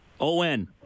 O-N